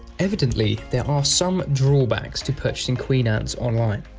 evidently there are some draw backs to purchasing queen ants online.